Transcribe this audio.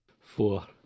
Four